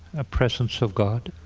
a presence of god